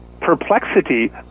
perplexity